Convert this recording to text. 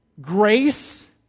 grace